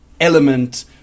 element